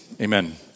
amen